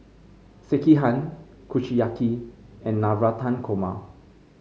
Sekihan Kushiyaki and Navratan Korma